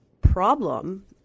problem